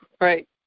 Right